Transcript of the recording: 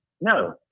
No